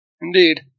Indeed